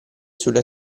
sulle